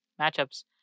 matchups